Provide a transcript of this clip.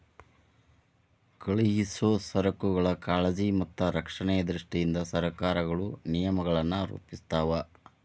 ಕಳುಹಿಸೊ ಸರಕುಗಳ ಕಾಳಜಿ ಮತ್ತ ರಕ್ಷಣೆಯ ದೃಷ್ಟಿಯಿಂದ ಸರಕಾರಗಳು ನಿಯಮಗಳನ್ನ ರೂಪಿಸ್ತಾವ